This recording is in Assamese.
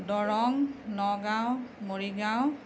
দৰং নগাওঁ মৰিগাওঁ